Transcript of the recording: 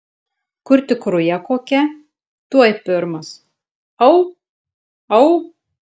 kur tik ruja kokia tuoj pirmas au au